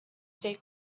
stay